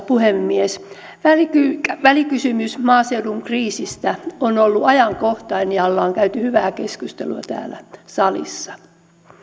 puhemies välikysymys maaseudun kriisistä on ollut ajankohtainen ja ollaan käyty hyvää keskustelua täällä salissa